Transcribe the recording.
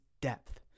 depth